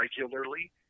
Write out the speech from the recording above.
regularly